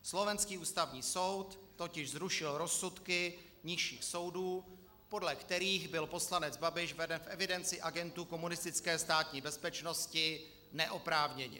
Slovenský Ústavní soud totiž zrušil rozsudky nižších soudů, podle kterých byl poslanec Babiš veden v evidenci agentů komunistické státní bezpečnosti neoprávněně.